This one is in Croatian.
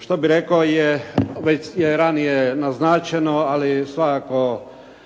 što bih rekao je već ranije naznačeno, ali svakako